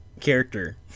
character